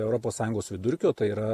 europos sąjungos vidurkio tai yra